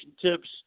tips